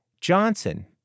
Johnson